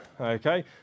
okay